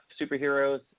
superheroes